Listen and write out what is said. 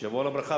שיבואו על הברכה,